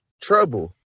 Trouble